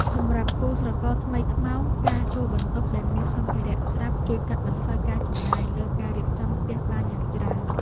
សម្រាប់គូស្រករថ្មីថ្មោងការជួលបន្ទប់ដែលមានសម្ភារៈស្រាប់ជួយកាត់បន្ថយការចំណាយលើការរៀបចំផ្ទះបានយ៉ាងច្រើន។